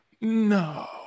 no